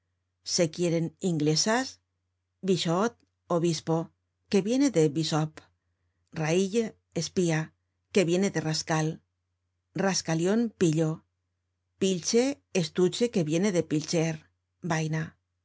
se quieren inglesas bichot obispo que viene de bishop raüle espía que viene de rascal rasca lion pillo pilche estuche que viene de pilcher vaina